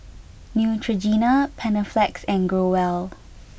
Neutrogena Panaflex and Growell